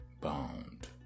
bound